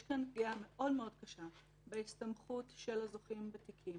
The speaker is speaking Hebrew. יש כאן פגיעה מאוד מאוד קשה בהסתמכות של הזוכים בתיקים.